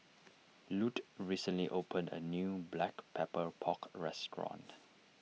Lute recently opened a new Black Pepper Pork restaurant